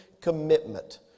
commitment